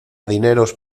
dineros